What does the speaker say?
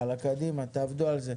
קדימה, תעבדו על זה.